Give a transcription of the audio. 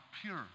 pure